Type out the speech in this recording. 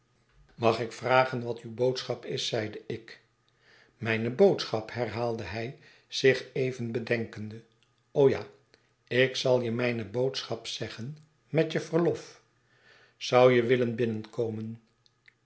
mag ik vragen wat uwe boodschap is zeide ik mijne boodschap herhaalde hij zich even bedenkende ja ik zal je mijne boodschap zeggen met je verlof zou je wilien binnenkomen